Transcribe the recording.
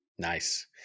Nice